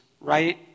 right